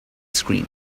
scream